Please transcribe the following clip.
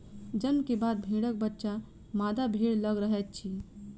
जन्म के बाद भेड़क बच्चा मादा भेड़ लग रहैत अछि